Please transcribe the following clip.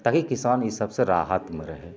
ताकि किसान ई सबसे राहतमे रहै